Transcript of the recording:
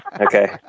Okay